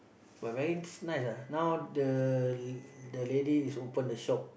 but very nice ah now the the lady is open the shop